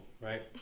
right